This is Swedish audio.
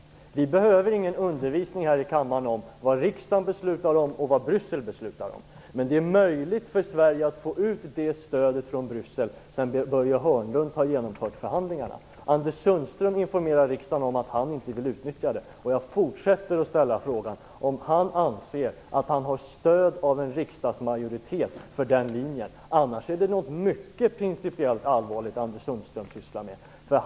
Vi behöver inte något undervisning här i kammaren om vad riksdagen beslutar om och vad Bryssel beslutar om. Det är möjligt för Sverige att få ut det stöd från Bryssel som Börje Hörnlund har genomfört förhandlingar om. Anders Sundström informerar riksdagen om att han inte vill utnyttja det. Jag fortsätter att ställa frågan om Anders Sundström anser att han har stöd av en riksdagsmajoritet för den linjen. Annars är något mycket principiellt allvarligt som Anders Sundström sysslar med.